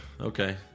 Okay